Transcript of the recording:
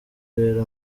rero